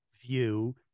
view